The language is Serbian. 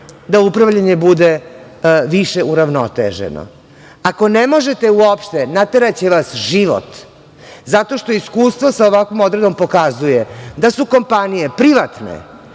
da upravljanje bude više uravnoteženo. Ako ne možete uopšte, nateraće vas život, zato što iskustvo sa ovakvom odredbom pokazuje da su kompanije privatne,